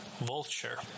Vulture